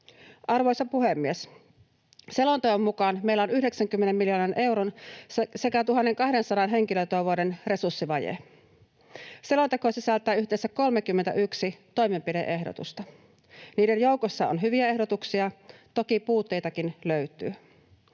Arvoisa puhemies! Selonteon mukaan meillä on 90 miljoonan euron sekä 1 200 henkilötyövuoden resurssivaje. Selonteko sisältää yhteensä 31 toimenpide-ehdotusta. Niiden joukossa on hyviä ehdotuksia, toki puutteitakin löytyy.